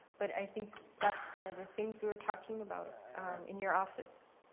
but i think that's one of the things we were talking about in your office,